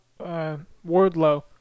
Wardlow